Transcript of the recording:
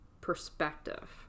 perspective